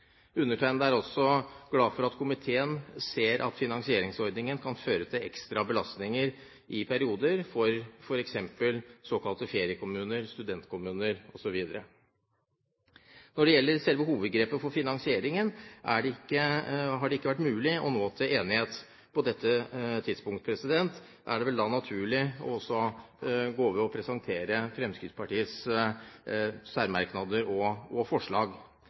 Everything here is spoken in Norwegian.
Undertegnede er også glad for at komiteen ser at finansieringsordningen kan føre til ekstra belastninger i perioder, f.eks. for såkalte feriekommuner og studentkommuner osv. Når det gjelder selve hovedgrepet for finansieringen, har det ikke vært mulig å komme til enighet. På dette tidspunkt er det vel da naturlig å gå over til å presentere Fremskrittspartiets særmerknader og forslag.